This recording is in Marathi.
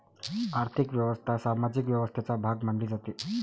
आर्थिक व्यवस्था सामाजिक व्यवस्थेचा भाग मानली जाते